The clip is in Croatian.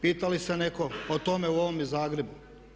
Pita li se netko o tome u ovome Zagrebu?